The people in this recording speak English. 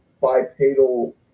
bipedal